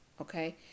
okay